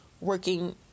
working